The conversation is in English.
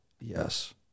Yes